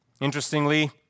Interestingly